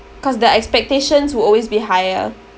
cause the expectations will always be higher